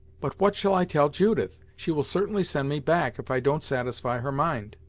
but what shall i tell judith? she will certainly send me back, if i don't satisfy her mind.